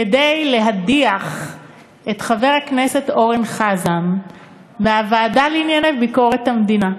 כדי להדיח את חבר הכנסת אורן חזן מהוועדה לענייני ביקורת המדינה.